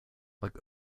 like